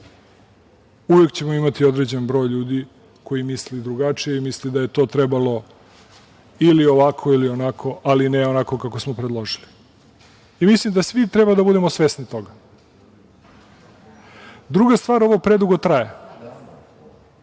Uvek ćemo imati određen broj ljudi koji misli drugačije i misli da je to trebalo ili ovako ili onako, ali ne onako kako smo predložili. Mislim da svi treba da budemo svesni toga. Druga stvar, ovo predugo traje